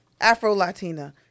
Afro-Latina